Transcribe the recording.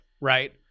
Right